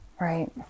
right